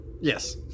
Yes